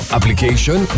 Application